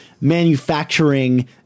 manufacturing